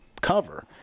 cover